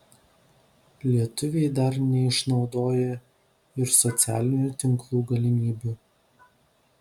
lietuviai dar neišnaudoja ir socialinių tinklų galimybių